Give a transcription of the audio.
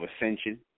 ascension